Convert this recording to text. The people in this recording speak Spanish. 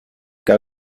que